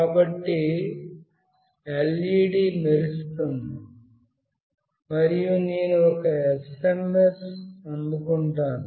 కాబట్టి LED మెరుస్తుంది మరియు నేను ఒక SMS అందుకుంటాను